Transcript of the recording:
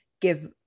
give